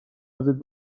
ازت